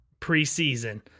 Preseason